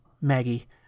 Maggie